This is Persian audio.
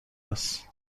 است